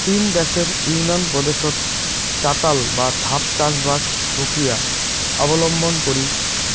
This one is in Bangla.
চীন দ্যাশের ইউনান প্রদেশত চাতাল বা ধাপ চাষবাস প্রক্রিয়া অবলম্বন করি